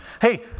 hey